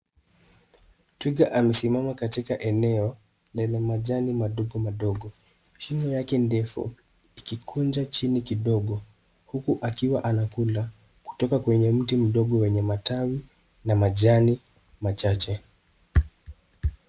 Twiga amesimama katika eneo lenye majani madogomadogo. Shingo yake ndefu ikikunja chini kidogo huku akiwa anakula kutoka kwenye mti mdogo wenye matawi na majani machache.